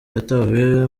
yatawe